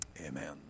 Amen